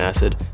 Acid